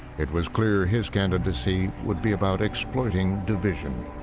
it was clear his candidacy would be about exploiting division.